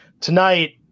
tonight –